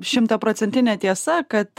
šimtaprocentinė tiesa kad